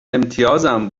امتیازم